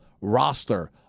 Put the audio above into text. roster